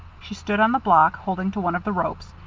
she stood on the block, holding to one of the ropes,